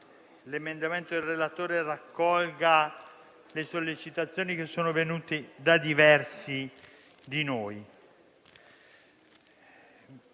l'emendamento del relatore raccoglie le sollecitazioni venute da diversi di noi.